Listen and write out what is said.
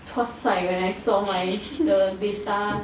cause side when I saw my data